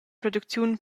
producziun